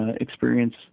experience